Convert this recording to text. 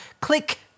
click